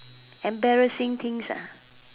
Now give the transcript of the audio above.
embarrassing things ah